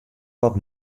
wat